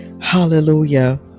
hallelujah